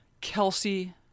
Kelsey